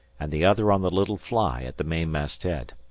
and the other on the little fly at the main-mast-head.